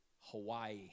Hawaii